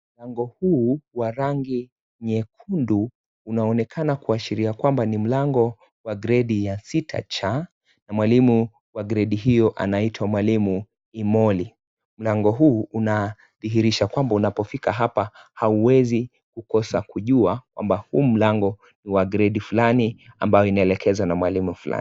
Mlango huu wa rangi nyekundu unaonekana kuashiria kwamba ni mlango wa gredi ya sita cha na mwalimu wa gredi hio anaitwa mwalimu Imoli, mlango huu unadhihirisha kwamba unapofika hapa hauwezi kukosa kujua kwamba huu mlango ni wa gredi fulani ambayo inaelekezwa na mwalimu fulani.